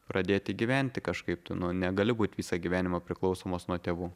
pradėti gyventi kažkaip tu nu negali būt visą gyvenimą priklausomas nuo tėvų